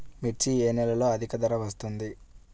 మిర్చి ఏ నెలలో అధిక ధర వస్తుంది?